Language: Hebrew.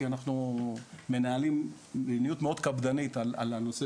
כי אנחנו מנהלים מדיניות מאוד קפדנית על הנושא